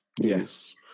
Yes